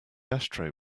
ashtray